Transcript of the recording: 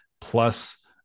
plus